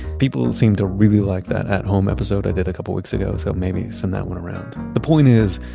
people seem to really like that at home episode i did a couple of weeks ago, so maybe send that one around. the point is,